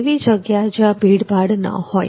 એવી જગ્યા જ્યાં ભીડભાડ ન હોય